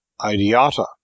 ideata